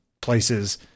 places